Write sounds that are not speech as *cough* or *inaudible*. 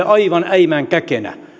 *unintelligible* aivan äimän käkenä